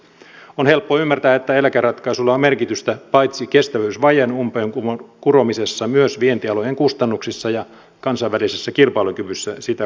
on helppo ymmärtää että eläkeratkaisuilla on merkitystä paitsi kestävyysvajeen umpeenkuromisessa myös vientialojen kustannuksissa ja kansainvälisessä kilpailukyvyssä sitä kautta